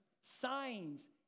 signs